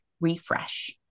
refresh